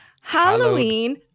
Halloween